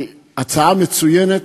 היא הצעה מצוינת,